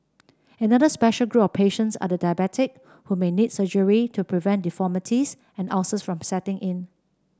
another special group of patients are the diabetic who may need surgery to prevent deformities and ulcers from setting in